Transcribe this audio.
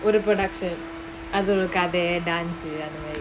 what a production அது ஒரு கதை:athu oru kathai dance uh